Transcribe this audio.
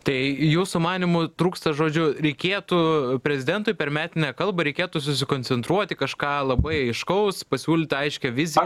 tai jūsų manymu trūksta žodžiu reikėtų prezidentui per metinę kalbą reikėtų susikoncentruot į kažką labai aiškaus pasiūlyti aiškią viziją